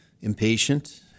impatient